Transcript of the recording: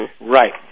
Right